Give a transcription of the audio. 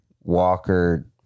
Walker